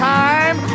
time